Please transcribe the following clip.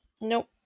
Nope